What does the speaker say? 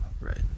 Right